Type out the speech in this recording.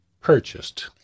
purchased